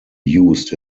used